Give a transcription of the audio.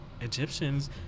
Egyptians